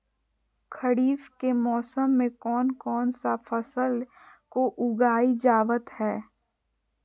खरीफ के मौसम में कौन कौन सा फसल को उगाई जावत हैं?